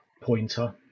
pointer